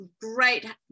Great